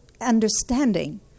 understanding